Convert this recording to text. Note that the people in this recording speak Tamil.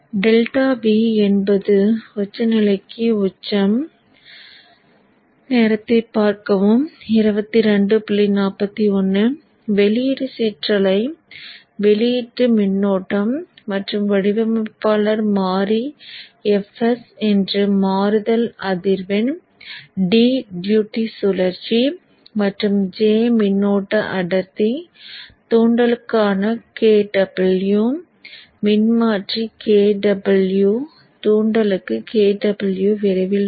∆V என்பது உச்சநிலைக்கு உச்சம் வெளியீடு சிற்றலை வெளியீட்டு மின்னோட்டம் மற்றும் வடிவமைப்பாளர் மாறி fs என்று மாறுதல் அதிர்வெண் d டியூட்டி சுழற்சி மற்றும் J மின்னோட்ட அடர்த்தி தூண்டலுக்கான Kw மின்மாற்றி Kw தூண்டலுக்கு Kw விரைவில் வரும்